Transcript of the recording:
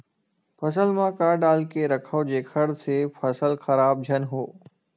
फसल म का डाल के रखव जेखर से फसल खराब झन हो?